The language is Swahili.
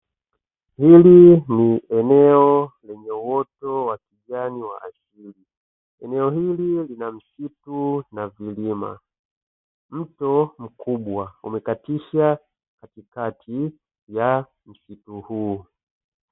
Hili ni eneo lenye uoto wa kijani wa asili, eneo hili lina msitu na vilima, mto mkubwa umekatisha katikati ya msitu huu.